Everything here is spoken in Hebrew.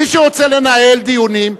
מי שרוצה לנהל דיונים,